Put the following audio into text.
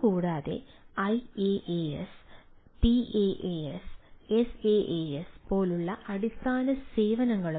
ഇവ കൂടാതെ ഐഎഎഎസ് നടത്താൻ